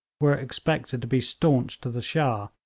were expected to be staunch to the shah,